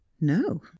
no